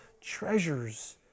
treasures